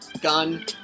Gun